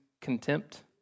contempt